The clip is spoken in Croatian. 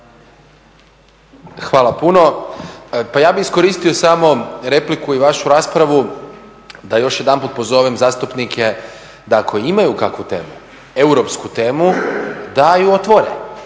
Hvala puno. Pa ja bih iskoristio samo repliku i vašu raspravu da još jedanput pozovem zastupnike da ako imaju kakvu temu, europsku temu da ju otvore